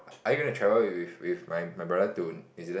are you gonna travel with with my my brother to New Zealand